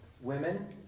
women